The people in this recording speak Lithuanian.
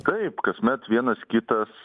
taip kasmet vienas kitas